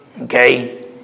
Okay